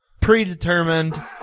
predetermined